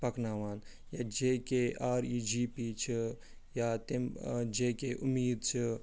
پکناوان یا J K R E G P چھِ یا تٔمۍ جے کے اُمید چھِ